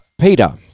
Peter